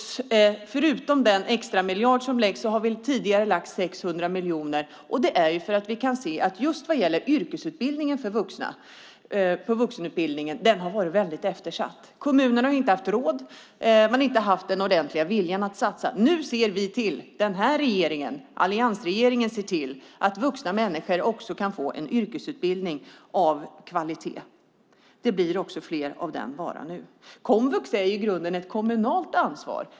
Förutom den extra miljard som tillförs har vi tidigare tillfört 600 miljoner. Det är för att vi har sett att just yrkesutbildningen för vuxna har varit eftersatt. Kommunerna har inte haft råd och den ordentliga viljan att satsa. Nu ser den här regeringen, alliansregeringen, att vuxna människor också kan få en yrkesutbildning med bra kvalitet. Det blir också mer av den varan nu. Komvux är i grunden ett kommunalt ansvar.